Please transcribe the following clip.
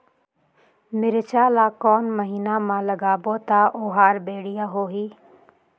मिरचा ला कोन महीना मा लगाबो ता ओहार बेडिया होही?